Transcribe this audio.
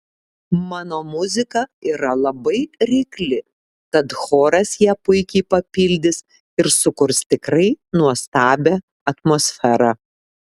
mano muzika yra labai reikli tad choras ją puikiai papildys ir sukurs tikrai nuostabią atmosferą